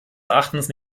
erachtens